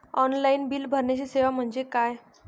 Online bill भरण्याची सेवा म्हणजे काय?